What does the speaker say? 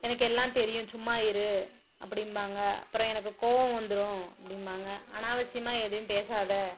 எனக்கு எல்லாம் தெரியும் சும்மா இரு அப்படிம்பாங்க அப்புறம் எனக்கு கோவம் வந்துடும் அப்படிம்பாங்க அநாவசியமாக எதையும் பேசாத